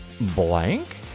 blank